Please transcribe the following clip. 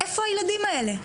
איפה הילדים האלה?